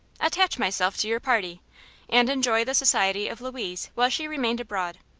attach myself to your party and enjoy the society of louise while she remained abroad.